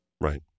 Right